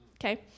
okay